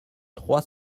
trois